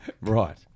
Right